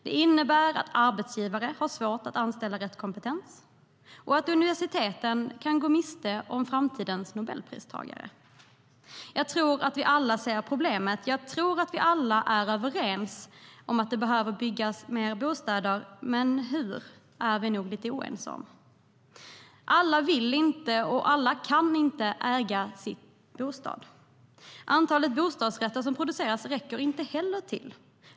Det innebär att arbetsgivare har svårt att anställa personer med rätt kompetens och att universiteten kan gå miste om framtida Nobelpristagare.Jag tror att vi alla ser problemet. Jag tror att vi alla är överens om att det behöver byggas fler bostäder. Men hur det ska ske är vi nog lite oense om. Alla vill inte och kan inte äga sin bostad. Antalet bostadsrätter som produceras räcker inte heller till.